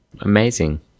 Amazing